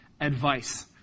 advice